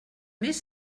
més